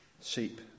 sheep